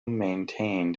maintained